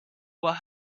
what